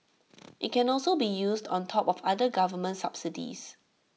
IT can also be used on top of other government subsidies